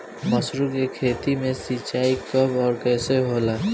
मसुरी के खेती में सिंचाई कब और कैसे होला?